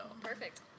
Perfect